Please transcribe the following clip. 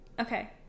Okay